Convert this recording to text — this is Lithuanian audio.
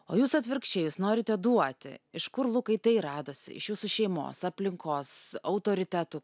o jūs atvirkščiai jūs norite duoti iš kur lukai tai radosi iš jūsų šeimos aplinkos autoritetų